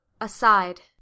aside